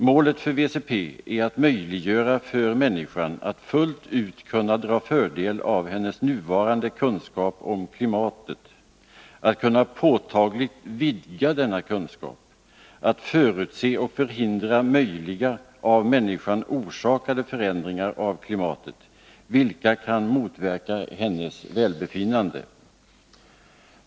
Målet för WCP är att möjliggöra för människan att fullt ut kunna dra fordel av hennes nuvarande kunskap om klimatet, att kunna påtagligt vidga denna kunskap samt att förutse och förhindra möjliga, av människan orsakade förändringar av klimatet, vilka kan motverka hennes välbefinnande.